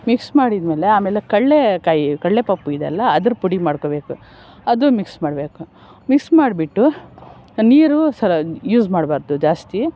mix ಮಾಡಿದ ಮೇಲೆ ಆಮೇಲೆ ಕಡಲೇ ಕಾಯಿ ಕಡಲೇ ಪಾಪು ಇದೆಯಲ್ಲ ಅದ್ರ ಪುಡಿ ಮಾಡ್ಕೋಬೇಕು ಅದು ಮಿಕ್ಸ್ ಮಾಡಬೇಕು ಮಿಕ್ಸ್ ಮಾಡಿಬಿಟ್ಟು ನೀರು ಯೂಸ್ ಮಾಡ್ಬಾರ್ದು ಜಾಸ್ತಿ